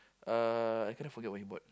uh I cannot forget what he bought